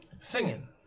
Singing